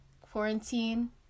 quarantine